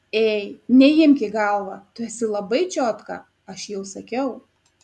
ei neimk į galvą tu esi labai čiotka aš jau sakiau